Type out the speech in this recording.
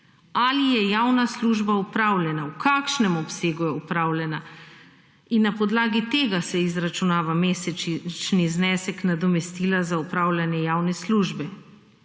Ali je javna služba opravljena, v kakšnem obsegu je opravljena in na podlagi tega se izračunava mesečni znesek nadomestila za upravljanje javne službe.